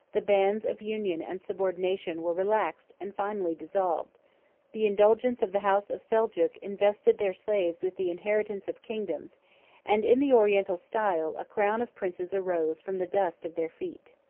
the bands of union and subordination were relaxed and finally dissolved the indulgence of the house of seljuk invested their slaves with the inheritance of kingdoms and, in the oriental style, a crowd of princes arose from the dust of their feet.